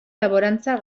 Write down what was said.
laborantza